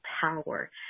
power